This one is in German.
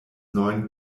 neuen